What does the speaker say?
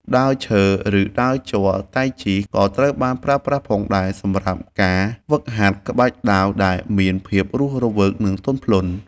ដាវឈើ ឬដាវជ័រតៃជី ក៏ត្រូវបានប្រើប្រាស់ផងដែរសម្រាប់ការហ្វឹកហាត់ក្បាច់ដាវដែលមានភាពរស់រវើក និងទន់ភ្លន់។